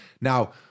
Now